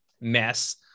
mess